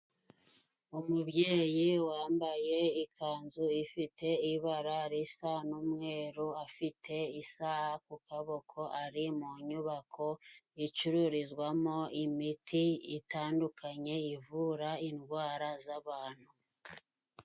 Umubyeyi wambaye ikanzu ifite ibara risa n'umweru, afite isaha ku kaboko ari mu nyubako icurizwamo imiti itandukanye ivura indwara z'abantu.